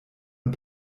und